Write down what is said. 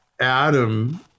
Adam